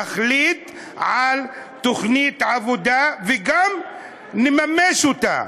נחליט על תוכנית עבודה וגם נממש אותה".